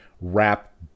wrap